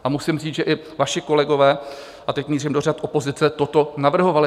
A musím říct, že i vaši kolegové, a teď mířím do řad opozice, toto navrhovali.